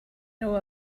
know